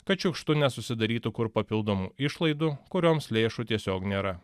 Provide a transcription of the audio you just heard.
kad šiukštu nesusidarytų kur papildomų išlaidų kurioms lėšų tiesiog nėra